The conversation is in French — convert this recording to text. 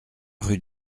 rue